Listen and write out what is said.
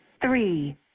Three